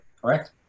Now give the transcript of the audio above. Correct